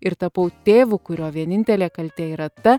ir tapau tėvu kurio vienintelė kaltė yra ta